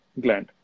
gland